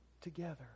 together